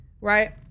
right